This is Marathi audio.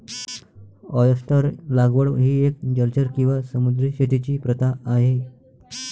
ऑयस्टर लागवड ही एक जलचर किंवा समुद्री शेतीची प्रथा आहे